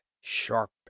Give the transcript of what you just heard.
sharp